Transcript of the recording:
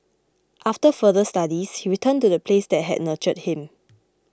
after further studies he returned to the place that had nurtured him